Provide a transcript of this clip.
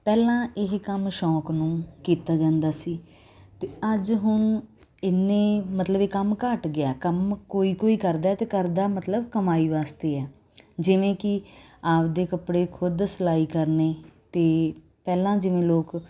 ਪਹਿਲਾਂ ਇਹ ਕੰਮ ਸ਼ੌਕ ਨੂੰ ਕੀਤਾ ਜਾਂਦਾ ਸੀ ਅਤੇ ਅੱਜ ਹੁਣ ਇੰਨੇ ਮਤਲਬ ਇਹ ਕੰਮ ਘੱਟ ਗਿਆ ਕੰਮ ਕੋਈ ਕੋਈ ਕਰਦਾ ਅਤੇ ਕਰਦਾ ਮਤਲਬ ਕਮਾਈ ਵਾਸਤੇ ਹੈ ਜਿਵੇਂ ਕਿ ਆਪਦੇ ਕੱਪੜੇ ਖੁਦ ਸਿਲਾਈ ਕਰਨੇ ਅਤੇ ਪਹਿਲਾਂ ਜਿਵੇਂ ਲੋਕ